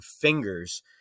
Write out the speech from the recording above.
fingers